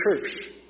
church